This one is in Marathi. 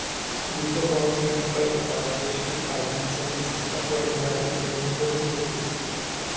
युद्ध बॉण्ड हे युद्धाच्या काळात लष्करी कारवायांसाठी सरकारद्वारे जारी केलेले कर्ज रोखे असतत